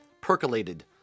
percolated